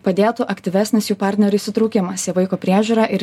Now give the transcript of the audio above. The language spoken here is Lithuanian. padėtų aktyvesnis jų partnerių įsitraukimas į vaiko priežiūrą ir